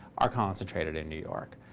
are concentrated in new york.